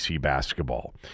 basketball